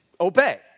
obey